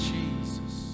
Jesus